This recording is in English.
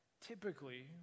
Typically